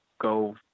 go